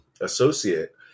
associate